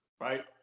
right